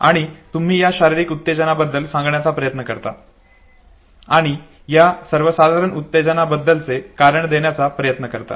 आणि तुम्ही या शारीरिक उत्तेजनाबद्दल सांगण्याचा प्रयत्न करता आणि या सर्वसाधारण उत्तेजनेबद्दलचे कारण देण्याचा प्रयत्न करता